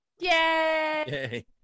Yay